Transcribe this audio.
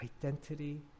identity